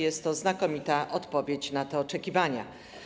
Jest to znakomita odpowiedź na te oczekiwania.